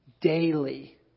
daily